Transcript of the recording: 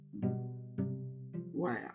Wow